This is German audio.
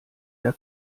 der